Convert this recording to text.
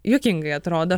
juokingai atrodo